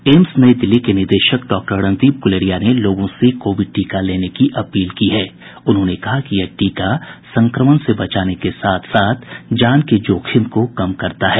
AIIMS Nai Delhi के निदेशक doctor Randeep Guleria ने लोगों से कोविड टीका लेने की अपील करते हुये कहा है कि यह टीका संक्रमण से बचाने के साथ साथ जान के जोखिम को कम करता है